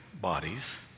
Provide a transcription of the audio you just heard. bodies